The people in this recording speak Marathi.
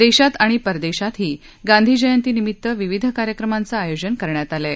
देशात आणि परदेशातही गांधीजयंतीनिमित्त विविध कार्यक्रमांचं आयोजन करण्यात आलं आहे